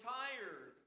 tired